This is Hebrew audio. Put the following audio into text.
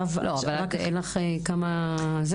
אין לך נתונים?